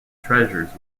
treasures